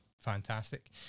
fantastic